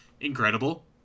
incredible